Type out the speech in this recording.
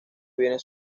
bienes